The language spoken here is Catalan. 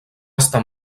estar